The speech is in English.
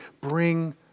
bring